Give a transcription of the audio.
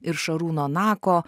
ir šarūno nako